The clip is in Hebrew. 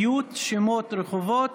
איות שמות רחובות,